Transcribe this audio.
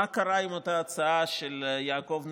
מה קרה עם אותה הצעה של יעקב נאמן,